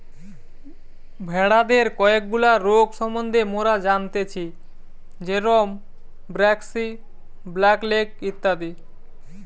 ভেড়াদের কয়েকগুলা রোগ সম্বন্ধে মোরা জানতেচ্ছি যেরম ব্র্যাক্সি, ব্ল্যাক লেগ ইত্যাদি